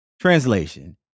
Translation